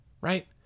right